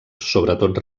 sobretot